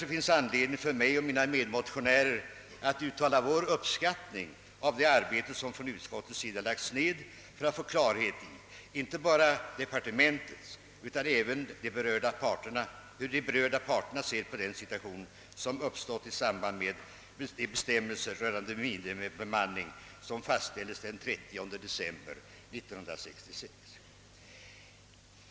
Det finns anledning för mig och mina medmotionärer att uttala vår uppskattning av det arbete som utskottet har lagt ned för att få klarhet i, inte bara hur departementet utan även de berörda parterna ser på den situation som har uppstått i samband med de bestämmelser rörande minimibemanning som fastställdes den 30 december 1966.